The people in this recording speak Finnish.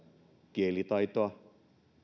kielitaitoa